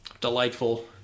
delightful